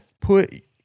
Put